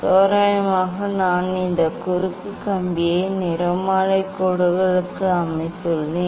தோராயமாக நான் இந்த குறுக்கு கம்பியை நிறமாலை கோடுகளுக்கு அமைத்துள்ளேன்